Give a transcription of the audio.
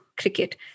cricket